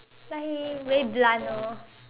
like he very blunt orh